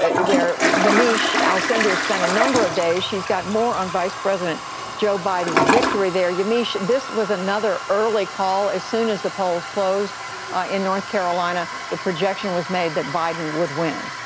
ah where yamiche alcindor spent a number of days. she's got more on vice president joe biden's victory there. yamiche, this was another early call. as soon as the polls closed in north carolina, the projection was made that biden would win.